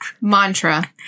mantra